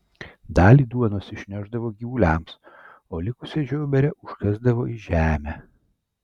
dalį duonos išnešdavo gyvuliams o likusią žiauberę užkasdavo į žemę